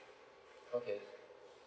okay